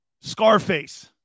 Scarface